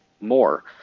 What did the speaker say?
more